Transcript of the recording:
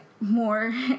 more